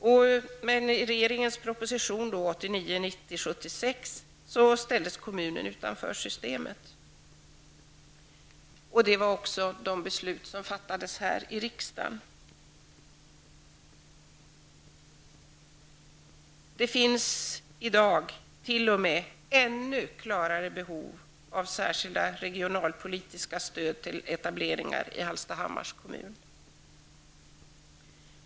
Men i regeringens proposition Det blev också det beslut som fattades här i riksdagen. Det finns i dag t.o.m. ännu klarare behov av särskilt regionalpolitiskt stöd till etableringar i Hallstahammars kommun.